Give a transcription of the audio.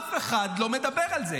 אף אחד לא מדבר על זה.